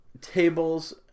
tables